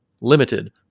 limited